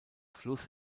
fluss